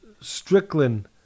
Strickland